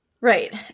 Right